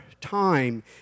time